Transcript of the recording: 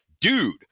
Dude